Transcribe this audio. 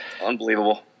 Unbelievable